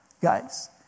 Guys